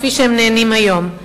כפי שהם נהנים היום.